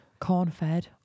corn-fed